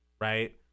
Right